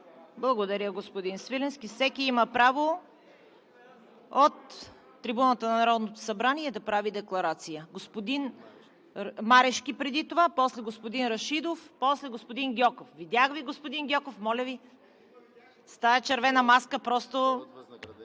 Благодаря, господин Свиленски. Всеки има право от трибуната на Народното събрание да прави декларация. Господин Марешки преди това, после господин Рашидов, после господин Гьоков. Видях Ви, господин Гьоков, моля Ви. ГЕОРГИ ГЬОКОВ (БСП за